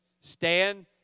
Stand